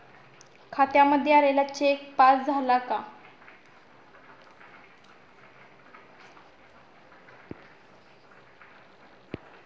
खात्यामध्ये आलेला cheque pass झाला का?